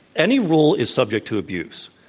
any rule is subject to abuse.